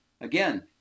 Again